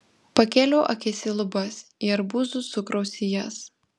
pakėliau akis į lubas į arbūzų cukraus sijas